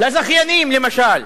לזכיינים, למשל?